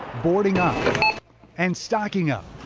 boarding up and stocking up,